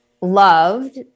loved